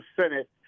Senate